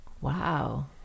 Wow